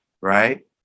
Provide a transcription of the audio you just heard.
right